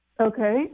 Okay